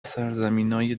سرزمینای